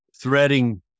threading